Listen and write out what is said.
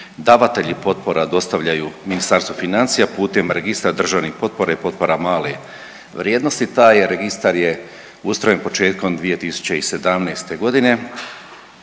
davatelji potpora dostavljaju Ministarstvu financija putem Registra državnih potpora i potpora male vrijednost. Taj registar je ustrojen početkom 2017. godine